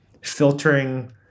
filtering